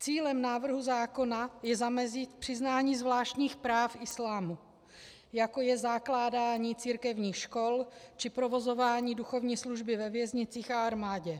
Cílem návrhu zákona je zamezit přiznání zvláštních práv islámu, jako je zakládání církevních škol či provozování duchovní služby ve věznicích a armádě.